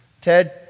Ted